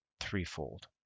threefold